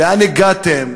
לאן הגעתם,